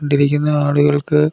കൊണ്ടിരിക്കുന്ന ആളുകൾക്ക്